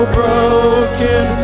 broken